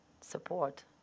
support